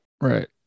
Right